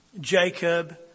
Jacob